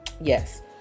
Yes